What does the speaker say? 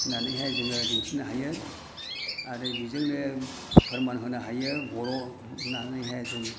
होननानैहाय जोङो दिन्थिनो हायो आरो बेजोंनो फोरमान होनो हायो बर' होननानैहाय जों